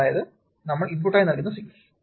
അതാണ് നമ്മൾ ഇൻപുട്ടായി നൽകുന്ന സിഗ്നൽ